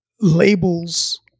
labels